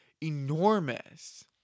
enormous